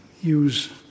use